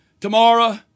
Tomorrow